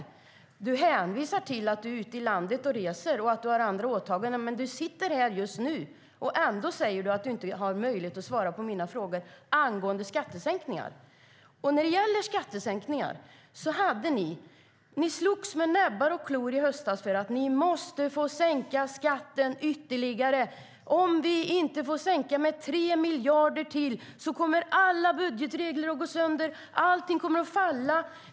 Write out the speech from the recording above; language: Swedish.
Anders Borg hänvisar till att han är ute i landet, reser och har andra åtaganden, men just nu sitter han här. Ändå säger han att han inte har möjlighet att svara på mina frågor angående skattesänkningar. När det gäller skattesänkningar slogs ni med näbbar och klor i höstas för att ni måste få sänka skatten ytterligare. Om ni inte får sänka med 3 miljarder till kommer alla budgetregler att brytas sönder. Allting kommer att falla.